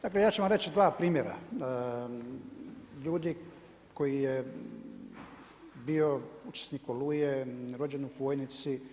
Dakle, ja ću vam reći dva primjera ljudi koji je bio učesnik Oluje, rođen u Fojnici.